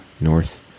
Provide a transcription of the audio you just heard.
North